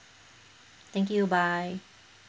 thank you bye